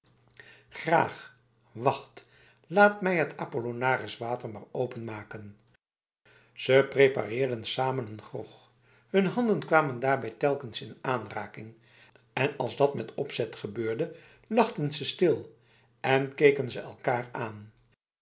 graag wacht laat mij t apollinariswater maar openmaken ze prepareerden samen een grog hun handen kwamen daarbij telkens in aanraking en als dat met opzet gebeurde lachten ze stil en keken ze elkaar aan